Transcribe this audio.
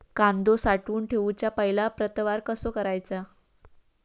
कांदो साठवून ठेवुच्या पहिला प्रतवार कसो करायचा?